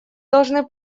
должны